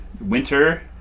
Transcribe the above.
winter